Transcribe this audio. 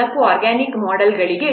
4ಆರ್ಗಾನಿಕ್ ಮೊಡೆಲ್ಗಳಿಗೆ ಗಾತ್ರವು 10 1